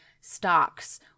stocks